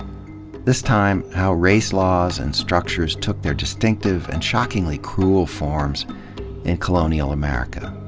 this time, how race laws and structures took their distinctive and shockingly cruel forms in co lonial america.